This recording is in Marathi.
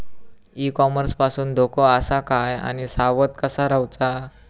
ई कॉमर्स पासून धोको आसा काय आणि सावध कसा रवाचा?